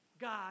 God